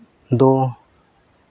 ᱫᱚ